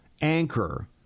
anchor